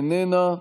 איננה,